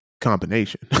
combination